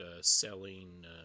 Selling